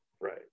Right